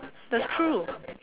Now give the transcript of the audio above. that's true